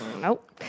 Nope